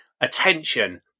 attention